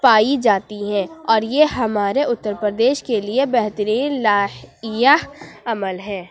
پائی جاتی ہیں اور یہ ہمارے اُترپردیش کے لیے بہترین لاحیہ عمل ہے